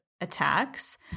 attacks